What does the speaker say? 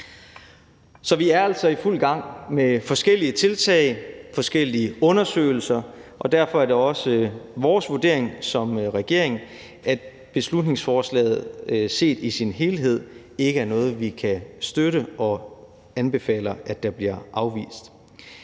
Så vi er altså i fuld gang med forskellige tiltag, forskellige undersøgelser, og derfor er det også vores vurdering som regering, at beslutningsforslaget set i sin helhed ikke er noget, som vi kan støtte, og vi anbefaler, at det bliver afvist.